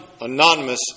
anonymous